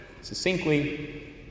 succinctly